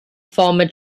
former